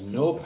no